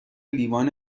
لیوان